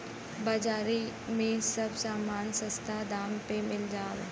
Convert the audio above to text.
बाजारी में सब समान सस्ता दाम पे मिलत बा